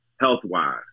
health-wise